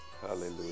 Hallelujah